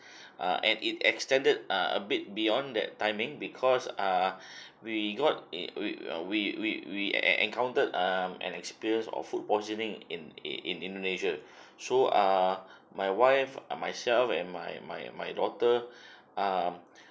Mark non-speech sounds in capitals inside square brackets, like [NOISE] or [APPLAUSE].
[BREATH] uh at it extended uh a bit beyond that timing because err we got it we uh we we we en~ encountered um and experience of food poisoning in in in indonesia [BREATH] so err my wife myself and my my my daughter [BREATH] um